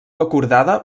acordada